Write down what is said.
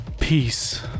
Peace